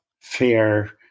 fair